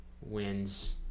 wins